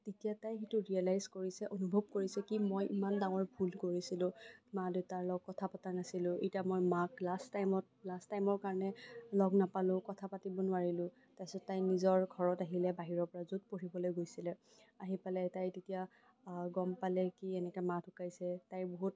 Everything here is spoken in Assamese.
তেতিয়া তাই সেইটো ৰিয়েলাইজ কৰিছে অনুভৱ কৰিছে যে মই ইমান ডাঙৰ ভুল কৰিছিলো মা দেউতাৰ লগত কথা পতা নাছিলো এতিয়া মই মাক লাষ্ট টাইমত লাষ্ট টাইমৰ কাৰণে লগ নাপালো কথা পাতিব নোৱাৰিলো তাৰপাছত তাই নিজৰ ঘৰত আহিলে বাহিৰৰ পৰা য'ত পঢ়িবলে গৈছিলে আহি পেলাই তাই তেতিয়া গম পালে কি এনেকে মা ঢুকাইছে তাইৰ বহুত